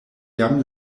jam